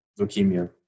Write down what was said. leukemia